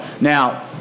now